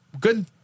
good